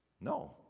No